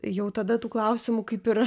jau tada tų klausimų kaip ir